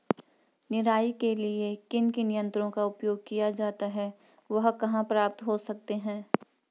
निराई के लिए किन किन यंत्रों का उपयोग किया जाता है वह कहाँ प्राप्त हो सकते हैं?